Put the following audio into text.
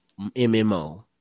MMO